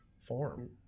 form